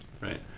Right